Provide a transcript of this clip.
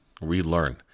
relearn